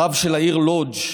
הרב של העיר לודז',